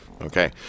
Okay